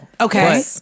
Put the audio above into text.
Okay